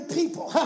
people